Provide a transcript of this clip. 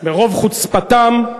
ברוב חוצפתם,